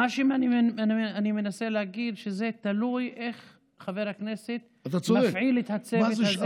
מה שאני מנסה להגיד הוא שזה תלוי איך חבר הכנסת מפעיל את הצוות הזה,